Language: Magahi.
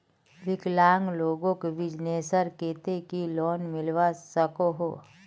विकलांग लोगोक बिजनेसर केते की लोन मिलवा सकोहो?